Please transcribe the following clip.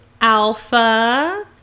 Alpha